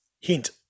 Hint